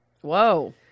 Whoa